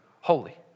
holy